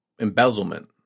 embezzlement